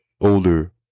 older